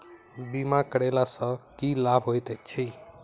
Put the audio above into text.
बीमा करैला सअ की लाभ होइत छी?